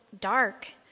dark